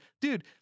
dude